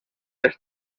els